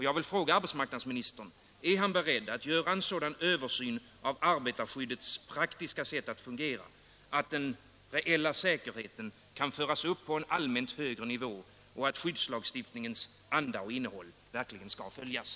Jag vill fråga: Är arbetsmarknadsministern beredd att göra en sådan översyn av arbetarskyddets sätt att fungera praktiskt, att säkerheten förs upp på en allmänt högre nivå och att skyddslagstiftningens anda och innehåll verkligen följs?